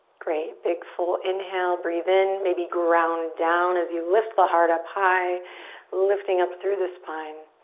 great big full inhale breathe in maybe ground down as you lift the heart up high lifting up through the spine